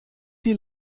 die